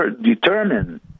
determine